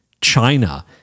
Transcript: China